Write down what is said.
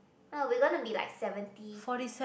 no we gonna be like seventy